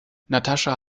natascha